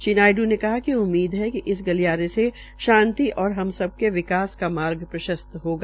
श्री नायडू ने कहा कि उम्मीद है कि इस गलियारे से शांति और हम सबको विकास का मार्ग प्ररस्त होगा